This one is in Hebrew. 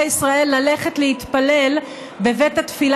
ישראל ללכת ביום שישי בערב לבית הכנסת.